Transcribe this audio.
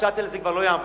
ה"שאטל" הזה כבר לא יעבוד.